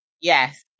Yes